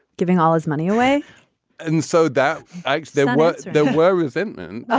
giving all his money away and so that ah there were there were resentment? ah